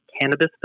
cannabis